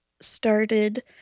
started